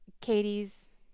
Katie's